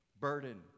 Burden